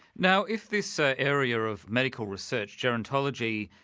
now if this ah area of medical research, gerontology,